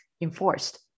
enforced